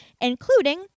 including